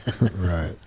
Right